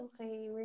okay